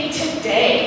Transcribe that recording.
today